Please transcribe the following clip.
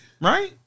Right